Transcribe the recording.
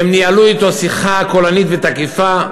והם ניהלו אתו שיחה קולנית ותקיפה,